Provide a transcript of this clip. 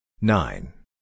Nine